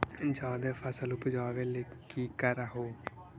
जादे फसल उपजाबे ले की कर हो?